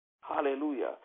Hallelujah